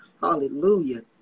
Hallelujah